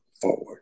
forward